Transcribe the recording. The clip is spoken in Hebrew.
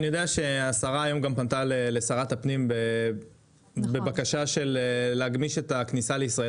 אני יודע שהשרה גם פנתה לשרת הפנים בבקשה להגמיש את הכניסה לישראל,